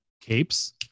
capes